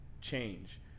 change